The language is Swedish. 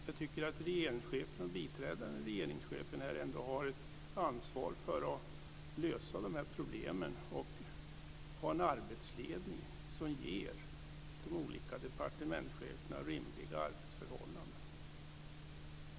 Jag tycker att regeringschefen och biträdande regeringschefen har ett ansvar för att lösa de här problemen och ha en arbetsledning som ger de olika departementscheferna rimliga arbetsförhållanden.